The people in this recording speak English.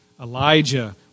Elijah